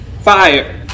fire